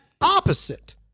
opposite